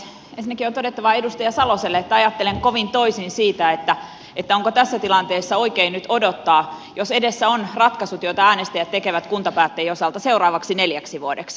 ensinnäkin on todettava edustaja saloselle että ajattelen kovin toisin siitä onko tässä tilanteessa oikein nyt odottaa jos edessä on ratkaisut joita äänestäjät tekevät kuntapäättäjien osalta seuraaviksi neljäksi vuodeksi